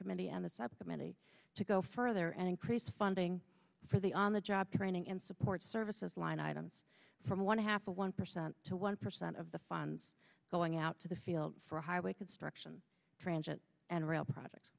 committee and the subcommittee to go further and increase funding for the on the job training and support services line items from one half of one percent to one percent of the funds going out to the field for highway construction transit and rail pro